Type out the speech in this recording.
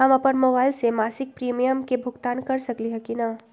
हम अपन मोबाइल से मासिक प्रीमियम के भुगतान कर सकली ह की न?